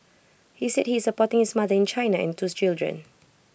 he said he is supporting his mother in China and twos children